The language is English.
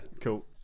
Cool